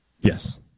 yes